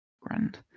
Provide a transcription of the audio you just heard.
Grand